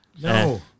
No